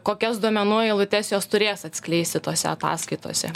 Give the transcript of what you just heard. kokias duomenų eilutes jos turės atskleisti tose ataskaitose